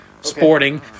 Sporting